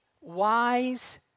wise